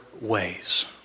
ways